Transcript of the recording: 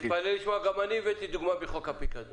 תתפלא לשמוע, גם אני הבאתי דוגמה מחוק הפיקדון.